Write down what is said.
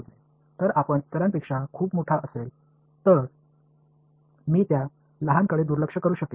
ஒன்று மற்றொன்றை விட மிகப் பெரியதாக இருந்தால் சிறியதை புறக்கணிக்க முடியும்